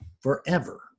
forever